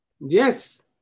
yes